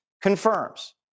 confirms